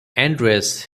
andreas